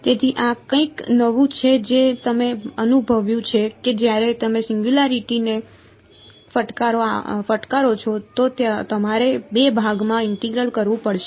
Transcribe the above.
તેથી આ કંઈક નવું છે જે તમે અનુભવ્યું છે કે જ્યારે તમે સિંગયુંલારીટી ને ફટકારો છો તો તમારે બે ભાગોમાં ઇન્ટેગ્રલ કરવું પડશે